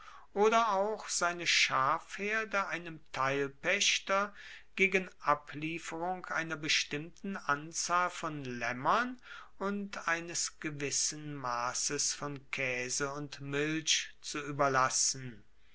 oder auch seine schafherde einem teilpaechter gegen ablieferung einer bestimmten anzahl von laemmern und eines gewissen masses von kaese und milch zu ueberlassen